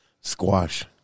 Squash